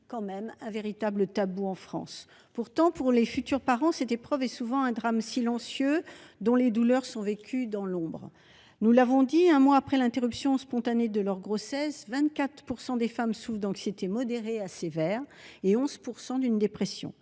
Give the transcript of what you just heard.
tout, un véritable tabou en France. Pour les futurs parents, cette épreuve est souvent un drame silencieux dont les douleurs sont vécues dans l'ombre. Nous l'avons dit, un mois après l'interruption spontanée de leur grossesse, 24 % des femmes souffrent d'une anxiété modérée à sévère ; 11 % d'entre